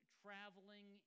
traveling